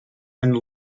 and